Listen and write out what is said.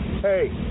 Hey